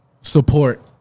support